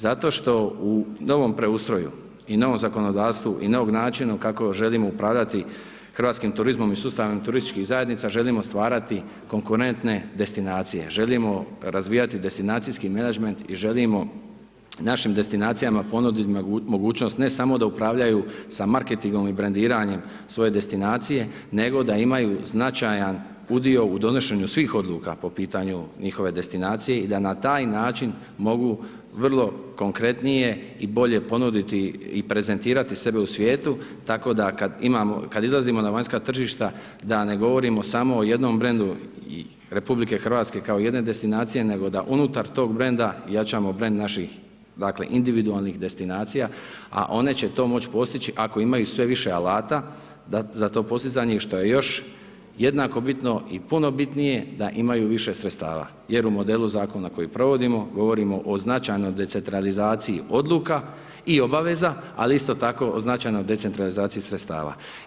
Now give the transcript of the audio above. Zato što u novom preustroju i novom zakonodavstvu i novog načinu kako želimo upravljati hrvatskim turizmom i sustavno turističkih zajednica, želimo stvarati konkurentne destinacije, želimo razvijati destinacijski menadžment i želimo našim destinacijama ponudit mogućnost ne samo da upravljaju sa marketingom i brendiranjem svoje destinacije, nego da imaju značajan udio u donošenju svih odluka po pitanju njihove destinacije i da na taj način mogu vrlo konkretnije i bolje ponuditi i prezentirati sebe u svijetu, tako da kad izlazimo na vanjska tržišta da ne govorimo samo o jednom brendu RH kao jedne destinacije, nego da unutar tog brenda jačamo brend naših, dakle, individualnih destinacija, a one će to moć postići ako imaju sve više alata za to postizanje i što je još jednako bitno i puno bitnije da imaju više sredstava jer u modelu zakona koji provodimo govorimo o značajnoj decentralizaciji odluka i obaveza, ali isto tako o značajnoj decentralizaciji sredstava.